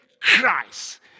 Christ